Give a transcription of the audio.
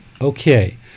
Okay